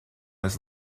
his